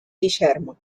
guillermo